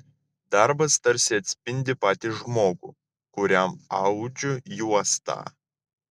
darbas tarsi atspindi patį žmogų kuriam audžiu juostą